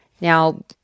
Now